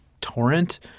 torrent